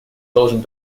должен